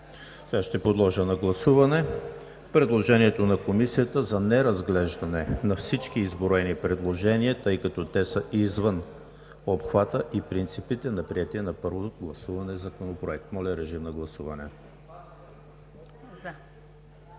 Ще подложа на гласуване предложението на Комисията за неразглеждане на всички изброени предложения, тъй като те са извън обхвата и принципите на приетия на първо гласуване законопроект. Моля, режим на гласуване.